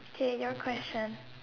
K your question